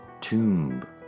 Tomb